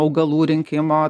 augalų rinkimo